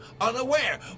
unaware